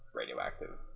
radioactive